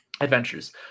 Adventures